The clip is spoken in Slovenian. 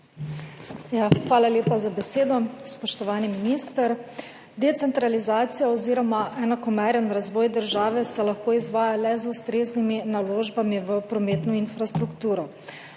Hvala lepa za besedo. Spoštovani minister! Decentralizacija oziroma enakomeren razvoj države se lahko izvaja le z ustreznimi naložbami v prometno infrastrukturo.